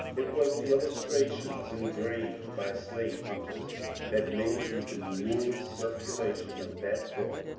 it was the illustrations engraved by slave hunters that made the enormous circulation of that book.